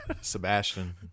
Sebastian